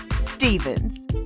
Stevens